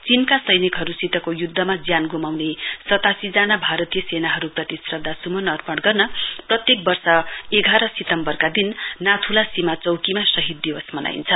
चीनका सैनिकहरुसितको युद्धमा ज्यान गुमाउने सतासी जना भारतीय सेनाहरु प्रति श्रद्धासुमन अर्पण गर्न प्रत्येक वर्ष एघार सितम्वरका दिन नाथुला सीमा चौकीमा शहीद दिवस मनाइन्छ